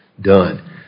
done